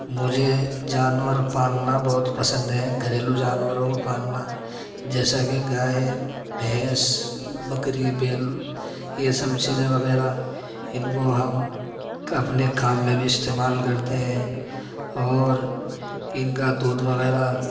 مجھے جانور پالنا بہت پسند ہے گھریلو جانوروں کو پالنا جیسا کہ گائے بھینس بکری بیل یہ سب چیزیں وغیرہ اِن کو ہم اپنے کام میں بھی استعمال کرتے ہیں اور اِن کا دودھ وغیرہ